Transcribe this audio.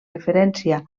referència